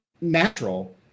natural